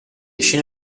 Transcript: scene